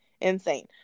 insane